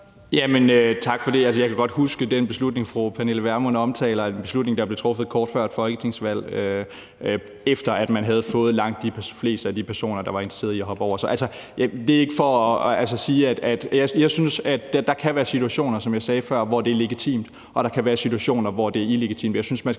tak for det. Altså, jeg kan godt huske den beslutning. Fru Pernille Vermund omtaler en beslutning, der blev truffet kort før et folketingsvalg, efter at man havde fået langt de fleste af de personer, der var interesseret i at hoppe over. Jeg synes – som jeg sagde før – at der kan være situationer, hvor det er legitimt, og der kan være situationer, hvor det er illegitimt.